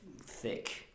thick